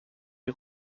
die